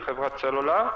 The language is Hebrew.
לחברת סלולאר,